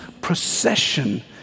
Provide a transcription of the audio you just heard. procession